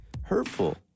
hurtful